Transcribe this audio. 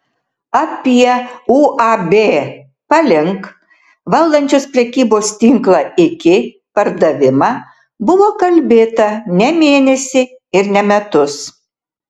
apie uab palink valdančios prekybos tinklą iki pardavimą buvo kalbėta ne mėnesį ir ne metus